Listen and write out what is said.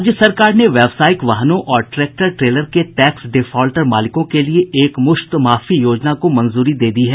राज्य सरकार ने व्यवसायिक वाहनों और ट्रैक्टर ट्रेलर के टैक्स डिफाल्टर मालिकों के लिये एकमुश्त माफी योजना को मंजूरी दे दी है